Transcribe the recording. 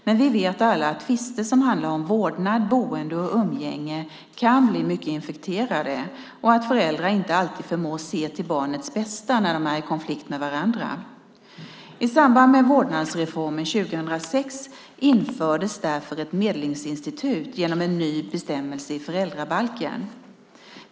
Men vi vet alla att tvister som handlar om vårdnad, boende och umgänge kan bli mycket infekterade och att föräldrar inte alltid förmår att se till barnets bästa när de är i konflikt med varandra. I samband med vårdnadsreformen 2006 infördes därför ett medlingsinstitut genom en ny bestämmelse i föräldrabalken.